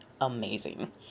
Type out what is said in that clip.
amazing